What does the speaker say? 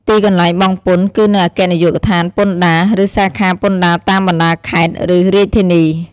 ទីកន្លែងបង់ពន្ធ គឺនៅអគ្គនាយកដ្ឋានពន្ធដារ ឬសាខាពន្ធដារតាមបណ្តាខេត្ត ឬរាជធានី។